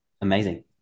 amazing